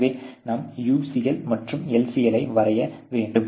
எனவே நாம் UCL மற்றும் LCL ஐ வரைய வேண்டும்